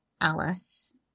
Alice